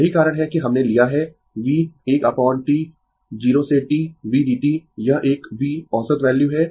यही कारण है कि हमने लिया है V 1 अपोन T 0 से T vdt यह एक V औसत वैल्यू है